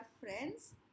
friends